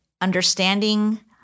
understanding